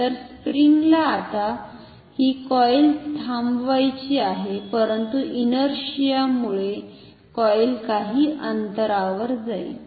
तर स्प्रिंग्सला आता ही कॉइल थांबवायची आहे परंतु इनरशिआमुळे कॉइल काही अंतरावर जाईल